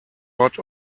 hot